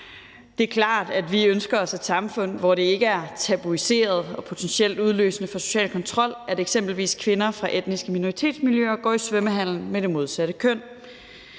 Det er klart, at vi ønsker os et samfund, hvor det ikke er tabuiseret og potentielt udløsende for social kontrol, at eksempelvis kvinder fra etniske minoritetsmiljøer går i svømmehallen med det modsatte køn.